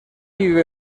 vive